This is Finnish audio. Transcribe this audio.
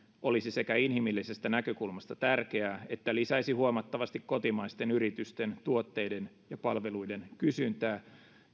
olisi inhimillisestä näkökulmasta tärkeää että lisäisi huomattavasti kotimaisten yritysten tuotteiden ja palveluiden kysyntää